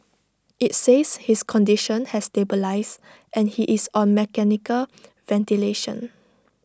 IT says his condition has stabilised and he is on mechanical ventilation